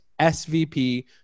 SVP